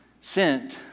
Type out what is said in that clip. sent